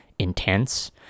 intense